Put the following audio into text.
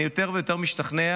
אני יותר ויותר משתכנע